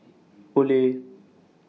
Olay